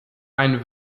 ein